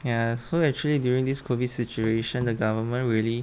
ya so actually during this COVID situation the government really